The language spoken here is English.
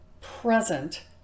present